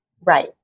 Right